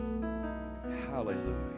Hallelujah